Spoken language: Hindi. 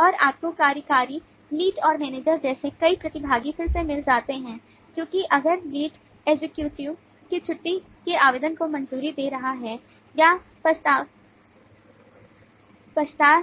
और आपको कार्यकारी लीड और मैनेजर जैसे कई प्रतिभागी फिर से मिल जाते हैं क्योंकि अगर लीड एक्ज़ेक्यूटिव की छुट्टी के आवेदन को मंजूरी दे रहा है या पछता